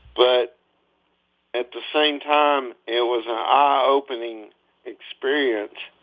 but at the same time, it was an eye-opening experience,